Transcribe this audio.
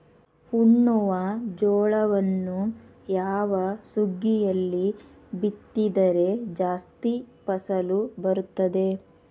ಉಣ್ಣುವ ಜೋಳವನ್ನು ಯಾವ ಸುಗ್ಗಿಯಲ್ಲಿ ಬಿತ್ತಿದರೆ ಜಾಸ್ತಿ ಫಸಲು ಬರುತ್ತದೆ?